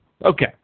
Okay